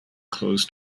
closed